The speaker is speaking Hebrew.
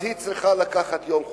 היא צריכה לקחת יום חופש.